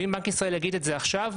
אם בנק ישראל יגיד את זה עכשיו,